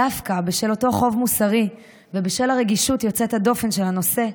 דווקא בשל אותו חוב מוסרי ובשל הרגישות יוצאת הדופן של הנושא,